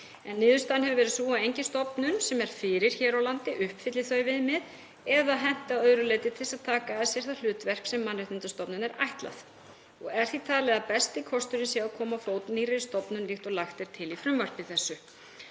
en niðurstaðan hefur verið sú að engin stofnun sem er fyrir hér á landi uppfylli þau viðmið eða henti að öðru leyti til að taka að sér það hlutverk sem mannréttindastofnun er ætlað. Er því talið að besti kosturinn sé að koma á fót nýrri stofnun líkt og lagt er til í frumvarpi þessu.